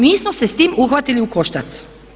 Mi smo se s tim uhvatili u koštac.